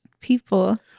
people